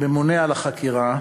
שממונה על החקירה,